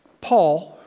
Paul